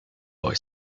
boy